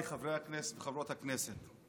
חברות הכנסת,